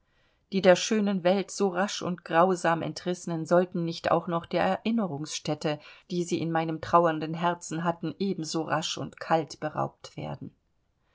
die der schönen welt so rasch und grausam entrissenen sollten nicht auch noch der erinnerungsstätte die sie in meinem trauernden herzen hatten ebenso rasch und kalt beraubt werden